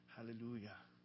Hallelujah